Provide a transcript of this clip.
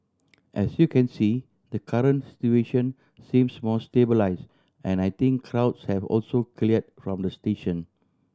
as you can see the current situation seems more stabilised and I think crowds have also cleared from the station